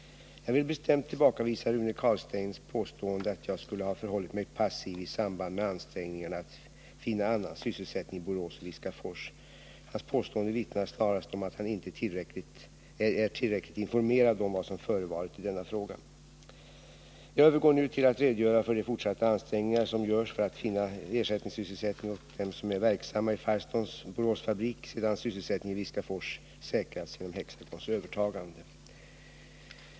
Jag vill bestämt tillbakavisa Rune Carlsteins påstående att jag skulle ha förhållit mig passiv i samband med ansträngningarna att finna annan sysselsättning i Borås och Viskafors. Hans påstående vittnar snarast om att han inte är tillräckligt informerad om vad som har förevarit i denna fråga. Jag övergår nu till att redogöra för de fortsatta ansträngningar som görs för att finna ersättningssysselsättning åt dem som är verksamma i Firestones Boråsfabrik sedan sysselsättningen i Viskafors säkrats genom Hexagons övertagande.